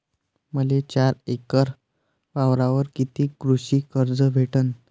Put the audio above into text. मले चार एकर वावरावर कितीक कृषी कर्ज भेटन?